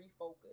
refocus